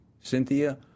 Cynthia